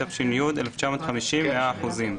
התש"י 1950 100 אחוזים,